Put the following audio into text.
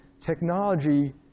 Technology